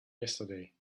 yesterday